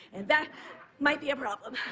and that might be a problem.